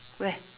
where